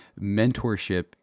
mentorship